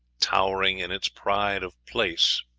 towering in its pride of place,